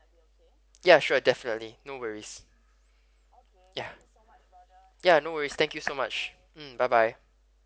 ya sure definitely no worries ya ya no worries thank you so much mm bye bye